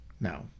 No